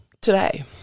today